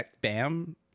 Bam